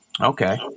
Okay